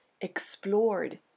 explored